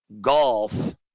golf